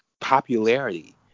popularity